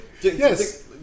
Yes